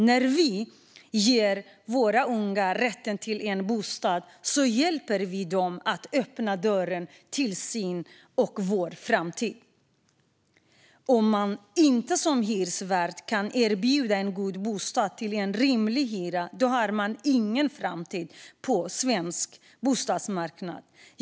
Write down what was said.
När vi ger våra unga rätten till en bostad hjälper vi dem att öppna dörren till deras och vår framtid. Om man inte som hyresvärd kan erbjuda en god bostad till en rimlig hyra har man ingen framtid på svensk bostadsmarknad.